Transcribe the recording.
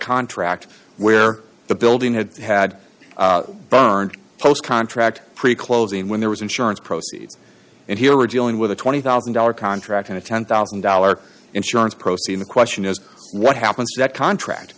contract where the building had had burned post contract pretty close even when there was insurance proceeds and here we're dealing with a twenty thousand dollars contract and a ten thousand dollars insurance proceeds the question is what happens that contract